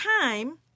time